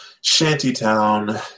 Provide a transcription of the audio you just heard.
Shantytown